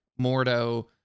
Mordo